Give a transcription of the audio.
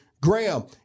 Graham